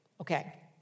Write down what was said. Okay